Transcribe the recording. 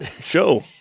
show